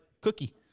cookie